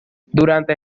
durante